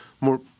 more